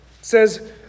says